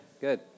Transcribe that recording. good